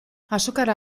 azokara